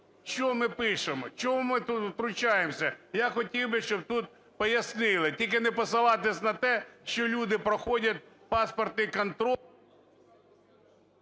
Що ми пишемо, чого ми втручаємося? Я хотів би, щоби тут пояснили. Тільки не посилатися на те, що люди проходять проходять паспортний контроль…